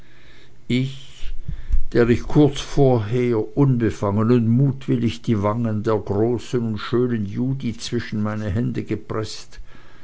ich der ich kurz vorher unbefangen und mutwillig die wangen der großen und schönen judith zwischen meine hände gepreßt